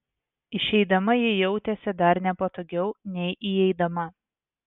išeidama ji jautėsi dar nepatogiau nei įeidama